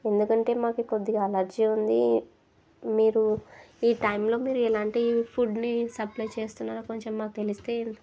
ఎందుకంటే మాకు కొద్దిగా అలర్జీ ఉంది మీరు ఈ టైంలో మీరు ఎలాంటి ఫుడ్ని సప్లై చేస్తున్న కొంచెం మాకు తెలిస్తే